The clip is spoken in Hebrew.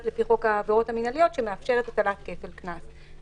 לפי חוק העבירות המנהליות שמאפשרת הטלת כפל קנס.